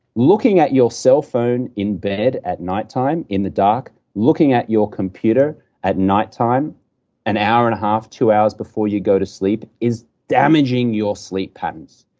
looking at your cell phone in bed at nighttime in the dark, looking at your computer at nighttime an hour and a half, two hours, before you go to sleep, is damaging your sleep patterns.